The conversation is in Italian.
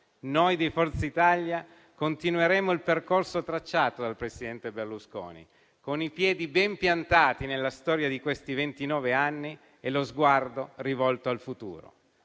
Noi di Forza Italia continueremo il percorso tracciato dal presidente Berlusconi, con i piedi ben piantati nella storia di questi ventinove anni e lo sguardo rivolto al futuro.